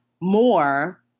more